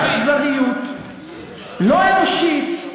באכזריות לא אנושית,